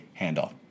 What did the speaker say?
handoff